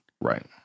Right